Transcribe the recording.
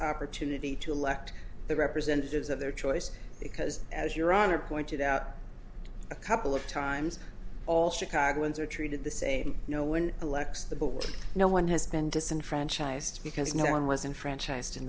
opportunity to elect the representatives of their choice because as your honor pointed out a couple of times all chicagoans are treated the same no one elects the board no one has been disenfranchised because no one was in franchise